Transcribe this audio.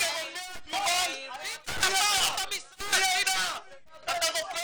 אתה רופא?